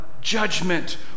judgment